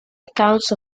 accounts